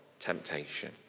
Temptation